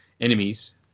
enemies